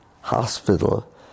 Hospital